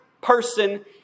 person